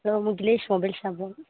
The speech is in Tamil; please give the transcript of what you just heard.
hello Mukilesh mobile ஷாப்பாங்க